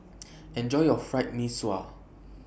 Enjoy your Fried Mee Sua